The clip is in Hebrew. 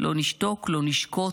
לא נשתוק, לא נשקוט,